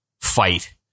fight